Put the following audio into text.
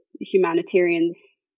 humanitarians